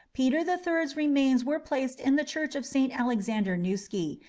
peter the third's remains were placed in the church of st. alexander newsky,